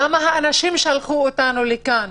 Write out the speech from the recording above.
למה האנשים שלחו אותנו לכאן